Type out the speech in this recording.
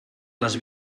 les